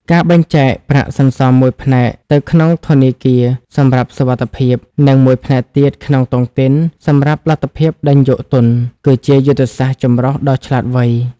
ការបែងចែកប្រាក់សន្សំមួយផ្នែកទៅក្នុងធនាគារ (សម្រាប់សុវត្ថិភាព) និងមួយផ្នែកទៀតក្នុងតុងទីន (សម្រាប់លទ្ធភាពដេញយកទុន) គឺជាយុទ្ធសាស្ត្រចម្រុះដ៏ឆ្លាតវៃ។